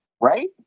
right